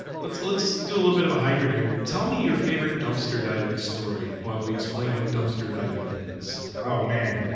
let's let's do a little bit of a hybrid here. tell me your favorite dumpster-diving story while we explain what dumpster diving is oh, man,